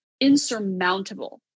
insurmountable